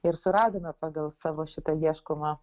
ir suradome pagal savo šitą ieškomą